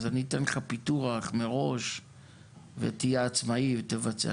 אז אני אתן לך פיתוח מראש ותהיה עצמאי ותבצע,